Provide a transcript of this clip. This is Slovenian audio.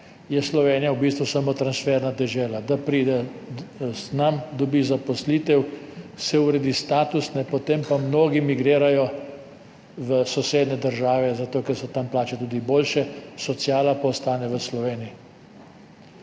je Slovenija v bistvu samo transferna dežela, da pride k nam, dobi zaposlitev, se uredi status, potem pa mnogi migrirajo v sosednje države, zato ker so tam plače tudi boljše, sociala pa ostane v Sloveniji.